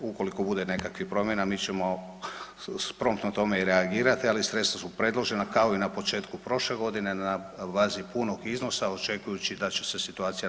Ukoliko bude nekakvih promjena mi ćemo promptno tome i reagirati, ali sredstva su predložena kao i na početku prošle godine na bazi punog iznosa očekujući da će se situacija normalizirati.